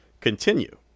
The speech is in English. continue